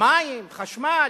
מים, חשמל,